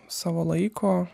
savo laiko